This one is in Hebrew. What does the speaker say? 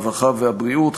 הרווחה והבריאות,